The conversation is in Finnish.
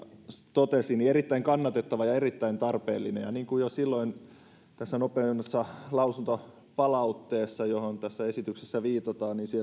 totesi että tämä on erittäin kannatettava ja erittäin tarpeellinen ja jo silloin tässä nopeammassa lausuntopalautteessa johon tässä esityksessä viitataan